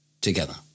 together